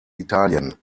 italien